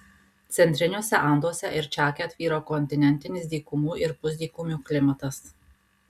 centriniuose anduose ir čake tvyro kontinentinis dykumų ir pusdykumių klimatas